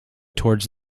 towards